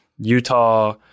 Utah